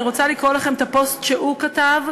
אני רוצה לקרוא לכם את הפוסט שהוא כתב.